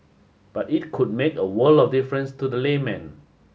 but it could make a world of difference to the layman